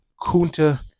Kunta